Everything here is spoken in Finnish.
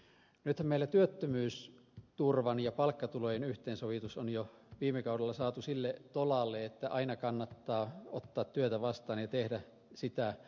nythän meillä työttömyysturvan ja palkkatulojen yhteensovitus on jo viime kaudella saatu sille tolalle että aina kannattaa ottaa työtä vastaan ja tehdä sitä